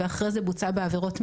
ואחרי זה בוצע בה עבירות מין.